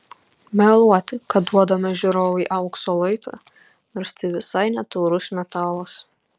meluoti kad duodame žiūrovui aukso luitą nors tai visai ne taurus metalas